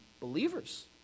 believers